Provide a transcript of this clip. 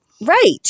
Right